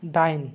दाइन